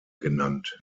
genannt